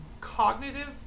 cognitive